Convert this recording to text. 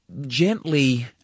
gently